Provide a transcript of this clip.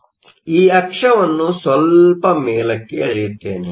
ಆದ್ದರಿಂದ ಈ ಅಕ್ಷವನ್ನು ಸ್ವಲ್ಪ ಮೇಲಕ್ಕೆ ಎಳೆಯುತ್ತೇನೆ